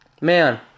Man